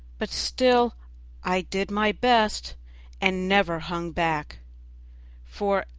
but still i did my best and never hung back for,